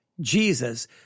Jesus